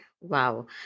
wow